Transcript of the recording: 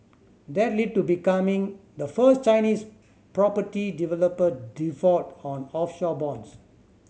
that lead to becoming the first Chinese property developer default on offshore bonds